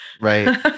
Right